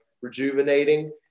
rejuvenating